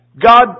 God